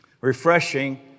Refreshing